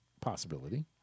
possibility